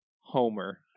Homer